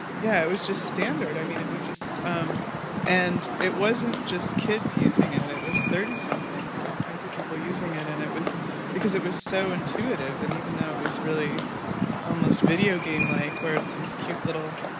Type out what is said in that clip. yeah, it was just standard. i mean, it was just um and it wasn't just kids using it, it was thirty something so and all kinds of people using it and it was because it was so intuitive and even though it was really almost videogame like where it's cute little,